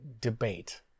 debate